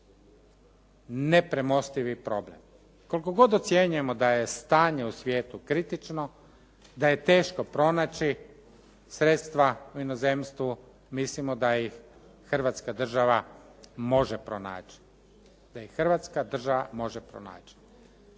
nepremostivi problem. Koliko god ocjenjujemo da je stanje u svijetu kritično, da je teško pronaći sredstva u inozemstvu mislimo da ih Hrvatska država može pronaći, pa slobodni smo također reći